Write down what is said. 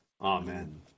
amen